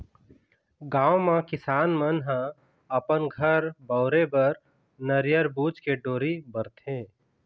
गाँव म किसान मन ह अपन घर बउरे बर नरियर बूच के डोरी बरथे